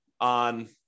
on